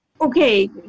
Okay